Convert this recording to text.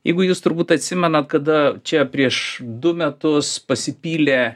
jeigu jūs turbūt atsimenat kada čia prieš du metus pasipylė